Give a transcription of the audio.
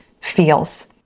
feels